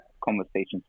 conversations